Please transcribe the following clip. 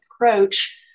approach